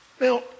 Now